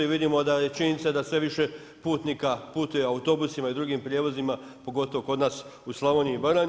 I vidimo da je, činjenica da sve više putnika putuje autobusima i drugim prijevozima pogotovo kod nas u Slavoniji i Baranji.